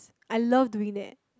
I love doing that